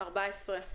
הצבעה אושרה.